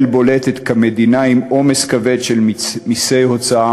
בולטת כמדינה עם עומס כבד של מסי הוצאה,